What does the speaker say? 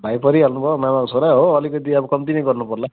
भाइ परिहाल्नु भयो मामाको छोरा हो अलिकति अब कम्ती नै गर्नु पर्ला